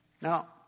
Now